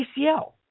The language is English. ACL